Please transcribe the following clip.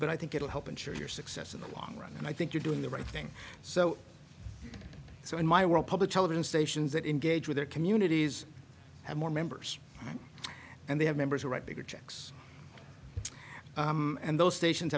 but i think it will help ensure your success in the long run and i think you're doing the right thing so so in my world public television stations that engage with their communities have more members and they have members who write bigger checks and those stations